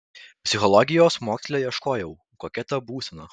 psichologijos moksle ieškojau kokia ta būsena